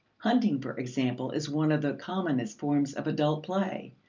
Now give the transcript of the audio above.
hunting, for example, is one of the commonest forms of adult play,